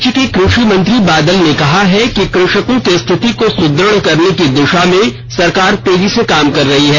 राज्य के कृषि मंत्री बादल ने कहा है कि कृषकों की स्थिति को सुदृढ़ करने की दिशा में सरकार तेजी से काम कर रही है